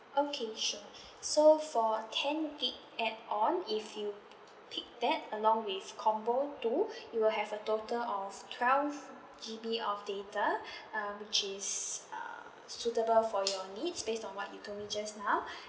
okay sure so for ten gig add on if you pick that along with combo two you will have a total of twelve G_B of data um which is uh suitable for your needs based on what you told me just now